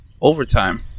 overtime